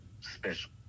special